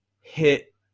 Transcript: hit